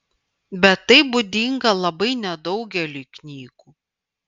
bet tai būdinga labai nedaugeliui knygų